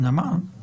זה מה שאמרתי.